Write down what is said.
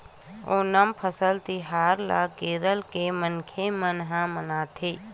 ओनम फसल तिहार ल केरल के मनखे मन ह मनाथे